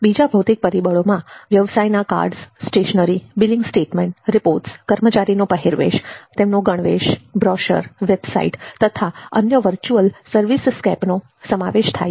બીજા ભૌતિક પરિબળોમાં વ્યવસાયના કાર્ડસ્સ્ટેશનરી બિલિંગ સ્ટેટમેન્ટ રિપોર્ટ્સ કર્મચારી નો પહેરવેશ તેમનો ગણવેશ બ્રોશર વેબસાઇટ તથા અન્ય વર્ચ્યુઅલ સર્વિસ સ્કેપનો સમાવેશ થાય છે